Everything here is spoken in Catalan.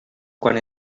quan